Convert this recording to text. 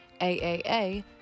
AAA